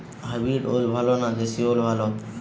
Hybrid ওল ভালো না দেশী ওল ভাল?